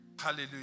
Hallelujah